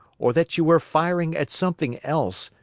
or that you were firing at something else,